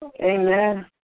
Amen